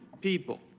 people